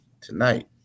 tonight